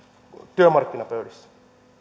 työmarkkinapöydässä